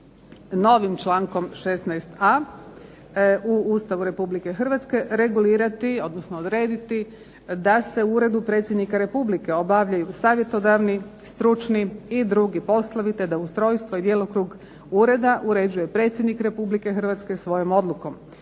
novim člankom 16.a u Ustavu Republike Hrvatske regulirati, odnosno odrediti da se u Uredu Predsjednika Republike obavljaju savjetodavni, stručni i drugi poslovi, te da ustrojstvo i djelokrug ureda uređuje Predsjednik Republike Hrvatske svojom odlukom.